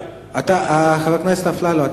חבר הכנסת אפללו,